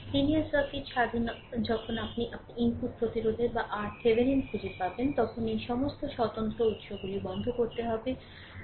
linear circuit স্বাধীন যখন আপনি ইনপুট প্রতিরোধের বা RThevenin খুঁজে পাবেন তখন এই সমস্ত স্বতন্ত্র উত্সগুলি বন্ধ করতে হবে